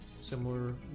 Similar